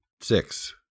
six